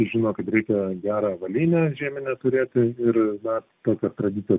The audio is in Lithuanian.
žino kad reikia gerą avalynę žieminę turėti ir na tokios tradicijos